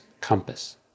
compass